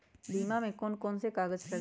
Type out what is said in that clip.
बीमा में कौन कौन से कागज लगी?